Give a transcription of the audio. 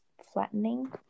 flattening